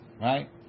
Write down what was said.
right